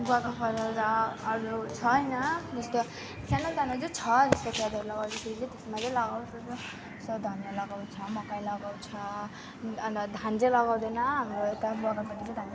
गुवाको अरू छैन जस्तो सानो सानो चाहिँ छ जस्तो सो धनियाँ लगाउँछौँ मकै लगाउँछौँ अन्त धान चाहिँ लगाउँदैनौँ हाम्रो यता बगानपट्टि चाहिँ धान